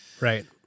right